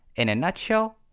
in a nutshell,